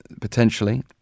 potentially